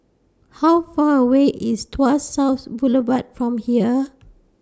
How Far away IS Tuas South Boulevard from here